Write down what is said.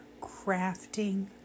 crafting